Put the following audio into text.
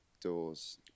doors